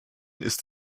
ist